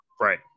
Right